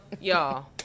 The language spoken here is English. y'all